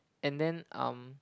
and then um